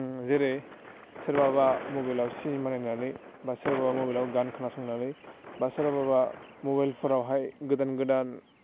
जेरै सोरबाबा मबेलाव सिनेमा नायनानै बा सोरबा मबेलाव गान खोनासंनानै बा सोरबाबा मबेलफोरावहाय गोदान गोदान